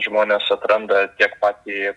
žmonės atranda tiek patį